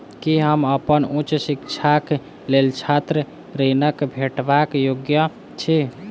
की हम अप्पन उच्च शिक्षाक लेल छात्र ऋणक भेटबाक योग्य छी?